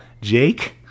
Jake